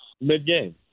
Mid-game